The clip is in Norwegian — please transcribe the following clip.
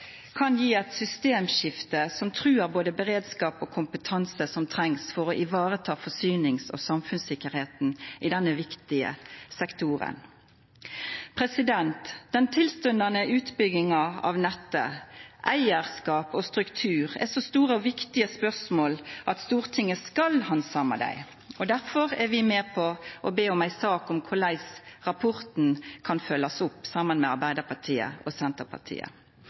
kan gje eit systemskifte som kan trua både beredskap og kompetanse som trengst for å vareta forsynings- og samfunnssikkerheita i denne viktige sektoren. Den tilstundande utbygginga av nettet, og eigarskap og struktur, er så store og viktige spørsmål at Stortinget skal handsama dei. Derfor er vi med på å be om ei sak om korleis rapporten kan bli følgd opp, saman med Arbeidarpartiet og Senterpartiet.